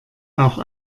auch